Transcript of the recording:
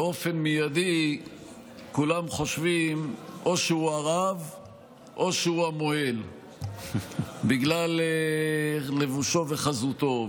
באופן מיידי כולם חושבים שהוא הרב או המוהל בגלל לבושו וחזותו.